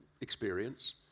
experience